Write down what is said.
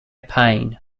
pain